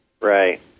Right